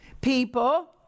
People